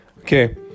Okay